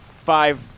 Five